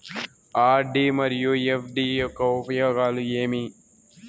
RD మరియు FD యొక్క ఉపయోగాలు ఏమి?